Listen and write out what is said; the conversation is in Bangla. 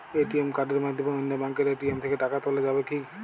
এ.টি.এম কার্ডের মাধ্যমে অন্য ব্যাঙ্কের এ.টি.এম থেকে টাকা তোলা যাবে কি?